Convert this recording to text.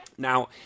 Now